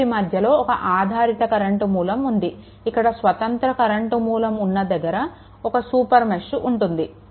వీటి మధ్యలో ఒక ఆధారిత కరెంట్ మూలం ఉంది ఇక్కడ స్వతంత్ర కరెంట్ మూలం ఉన్న దగ్గర కూడా ఒక సూపర్ మెష్ ఉంటుంది